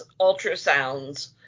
ultrasounds